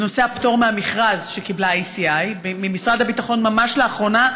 לנושא הפטור מהמכרז שקיבלה ECI ממשרד הביטחון ממש לאחרונה,